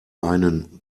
einen